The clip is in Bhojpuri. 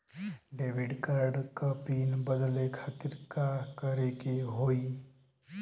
डेबिट कार्ड क पिन बदले खातिर का करेके होई?